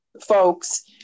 folks